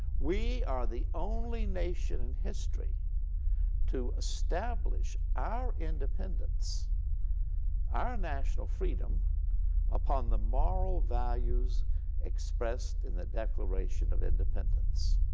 we are the only nation in history to establish our independence our national freedom upon the moral values expressed in the declaration of independence.